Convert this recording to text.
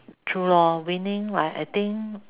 true lor winning I think